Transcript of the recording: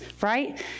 right